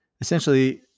essentially